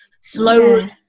slowly